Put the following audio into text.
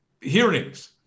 hearings